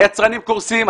היצרנים קורסים.